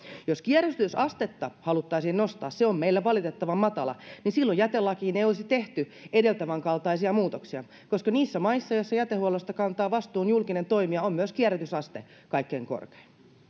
jos kierrätysastetta haluttaisiin nostaa se on meillä valitettavan matala niin silloin jätelakiin ei olisi tehty edeltävän kaltaisia muutoksia niissä maissa joissa jätehuollosta kantaa vastuun julkinen toimija on myös kierrätysaste kaikkein korkein